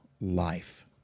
life